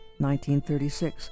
1936